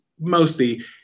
mostly